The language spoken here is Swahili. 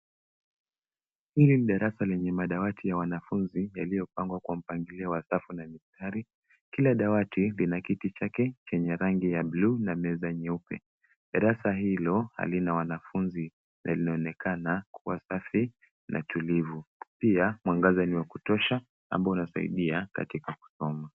Hili ni darasa lenye madawati ya wanafunzi yalipangwa kwa mpangilio wa msafu na mistari. Kila dawati lina kiti chake chenye rangi ya buluu na meza nyeupe. Darasa hilo halina wanafunzi na linaoenekana kuwa safi na tulivu. Pia mwangaza ni wa kutosha ambao unasaidia katika kusoma.